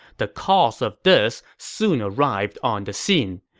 the cause of this soon arrived on the scene.